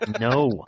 No